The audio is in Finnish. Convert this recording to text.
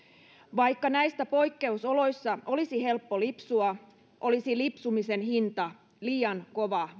vaikka näistä poikkeusoloissa olisi helppo lipsua olisi lipsumisen hinta liian kova